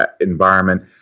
environment